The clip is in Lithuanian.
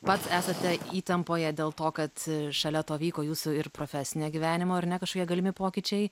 pats esate įtampoje dėl to kad šalia to vyko jūsų ir profesinio gyvenimo ar ne kažkokie galimi pokyčiai